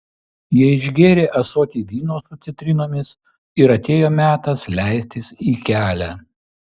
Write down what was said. jie išgėrė ąsotį vyno su citrinomis ir atėjo metas leistis į kelią